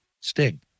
Sting